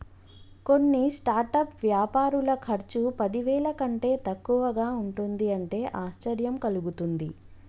కొన్ని స్టార్టప్ వ్యాపారుల ఖర్చు పదివేల కంటే తక్కువగా ఉంటుంది అంటే ఆశ్చర్యం కలుగుతుంది